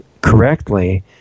correctly